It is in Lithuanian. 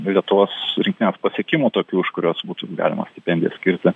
lietuvos rinktinės pasiekimų tokių už kuriuos būtų galima stipendijas skirti